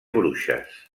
bruixes